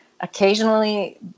Occasionally